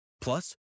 Plus